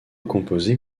composé